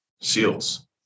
SEALs